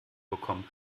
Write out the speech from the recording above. bekommen